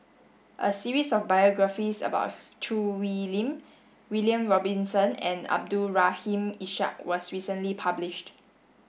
a series of biographies about Choo Hwee Lim William Robinson and Abdul Rahim Ishak was recently published